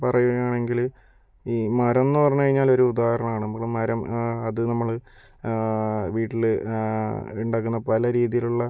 പറയുകയാണെങ്കിൽ ഈ മരമെന്ന് പറഞ്ഞുകഴിഞ്ഞാൽ ഒരു ഉദാഹരണമാണ് നമ്മൾ മരം അത് നമ്മൾ വീട്ടില് ഉണ്ടാക്കുന്ന പല രീതിയിലുള്ള